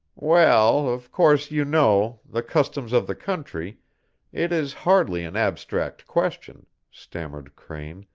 well, of course you know the customs of the country it is hardly an abstract question stammered crane,